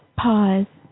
pause